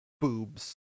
boobs